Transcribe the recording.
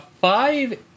five